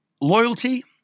loyalty